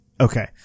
Okay